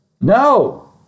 no